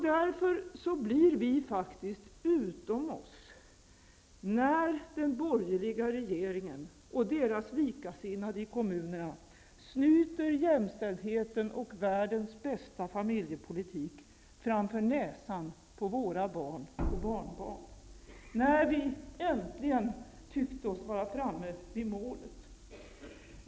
Därför blir vi faktiskt utom oss när den borgerliga regeringen och dess likasinnade i kommunerna snyter jämställdheten och världens bästa familjepolitik framför näsan på våra barn och barnbarn, när vi äntligen tyckte oss vara framme vid målet.